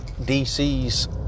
DC's